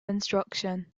instruction